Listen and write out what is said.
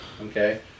Okay